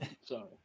sorry